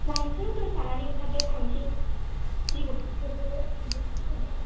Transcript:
लायनोसै दसे थानानै ओंखारदो थांनोसै गिगौमानि गगौबो मोनबोबानो जाबाय